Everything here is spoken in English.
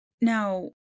Now